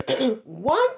One